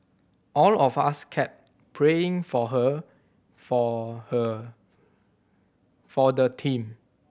all of us kept praying for her for her for the team